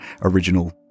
original